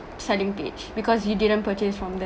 selling page because you didn't purchase from